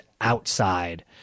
outside